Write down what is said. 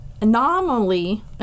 Anomaly